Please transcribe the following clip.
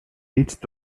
reached